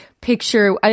picture